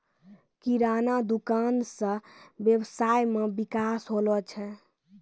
किराना दुकान से वेवसाय मे विकास होलो छै